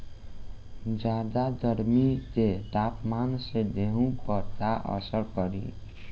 ज्यादा गर्मी के तापमान से गेहूँ पर का असर पड़ी?